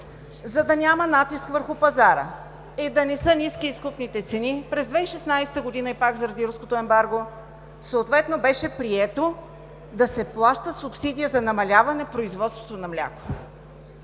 за да няма натиск върху пазара и да не са ниски изкупните цени през 2016 г. – и пак заради руското ембарго съответно беше прието да се плаща субсидия за намаляване на производството на мляко.